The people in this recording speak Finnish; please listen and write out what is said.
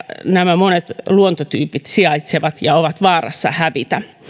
nämä monet luontotyypit sijaitsevat erityisesti etelä suomessa ja ovat vaarassa hävitä